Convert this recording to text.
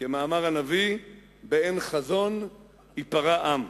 כמאמר הנביא "באין חזון ייפרע עם".